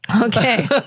Okay